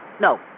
no